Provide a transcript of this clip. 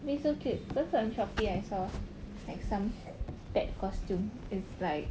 eh so cute because on Shopee I saw like some pet costume it's like